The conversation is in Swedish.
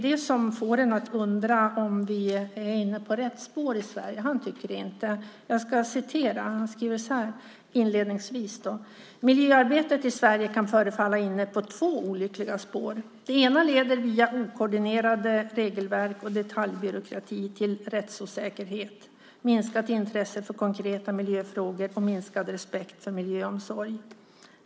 Man kan undra om vi är inne på rätt spår. Lars Emmelin tycker det inte. Han skriver inledningsvis så här: "Miljöarbetet i Sverige kan förefalla inne på två olyckliga spår. Det ena leder via okoordinerade regelverk och detaljbyråkrati till rättsosäkerhet, minskat intresse för konkreta miljöfrågor och minskad respekt för miljöomsorg.